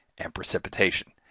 and precipitation.